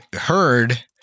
heard